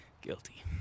Guilty